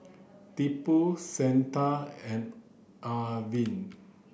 Tipu Santha and Arvind